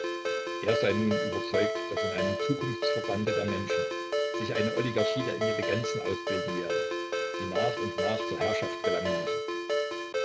er sei nun überzeugt daß in einem zukunftsverbande der menschen sich eine oligarchie der intelligenzen ausbilden werde die nach und nach zur herrschaft gelangen müsse